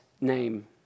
name